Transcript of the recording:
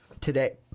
today